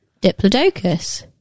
diplodocus